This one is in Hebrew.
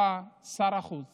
בא שר החוץ